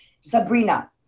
sabrina